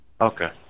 okay